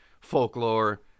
folklore